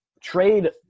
trade